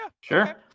sure